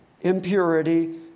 impurity